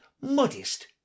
modest